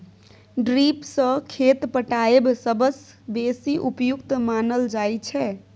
drip सँ खेत पटाएब सबसँ बेसी उपयुक्त मानल जाइ छै